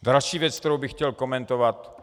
Další věc, kterou bych chtěl komentovat.